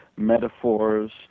Metaphors